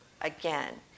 again